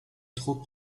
trop